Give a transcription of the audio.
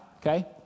okay